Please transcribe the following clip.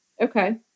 Okay